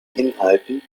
inhalten